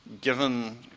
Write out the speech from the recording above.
given –